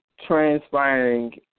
transpiring